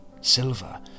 silver